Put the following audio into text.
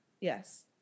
Yes